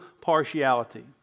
partiality